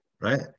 Right